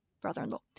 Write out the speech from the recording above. brother-in-law